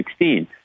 2016